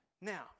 Now